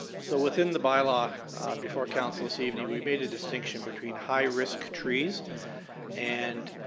so within the by law before council this evening, we made a distinction between high risk trees and